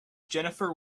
jennifer